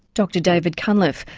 dr david cunliffe.